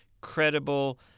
credible